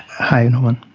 hi norman.